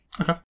Okay